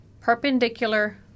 perpendicular